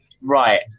Right